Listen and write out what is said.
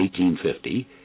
1850